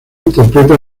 interpreta